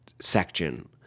section